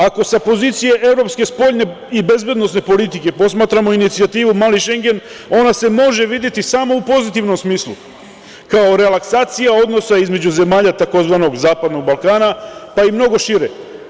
Ako sa pozicije evropske spoljne i bezbednosne politike posmatramo inicijativu „mali Šengen“, ona se može videti samo u pozitivnom smislu, kao relaksacija odnosa između zemalja tzv. zapadnog Balkana, pa i mnogo šire.